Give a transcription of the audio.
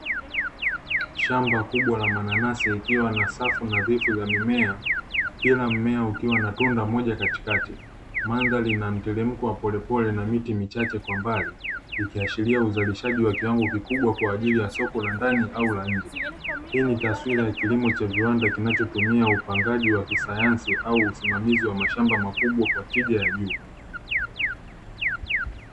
Shamba kubwa la mananasi likiwa na safu nadhifu za mimea, kila mmea ukiwa na tunda moja katikati, mandhari ina mteremko wa polepole na miti michache kwa mbali ikiashiria uzalishaji wa kiwango kikubwa kwa ajili ya soko la ndani au la nje, hii ni taswira ya kilimo cha viwanda kinachotumia upandaji wa kisayansi au usimamizi wa mashamba makubwa kwa tija ya juu.